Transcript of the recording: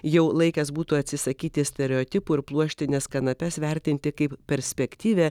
jau laikas būtų atsisakyti stereotipų ir pluoštines kanapes vertinti kaip perspektyvią